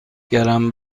گرم